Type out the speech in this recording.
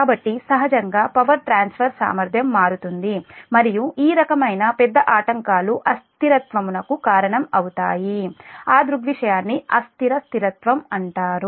కాబట్టి సహజంగా power transfer సామర్థ్యం మారుతుంది మరియు ఈ రకమైన పెద్ద ఆటంకాలు అస్థిరత్వముకు కారణం అవుతాయి ఆ దృగ్విషయాన్ని అస్థిర స్థిరత్వం అంటారు